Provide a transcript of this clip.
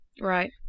Right